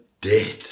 dead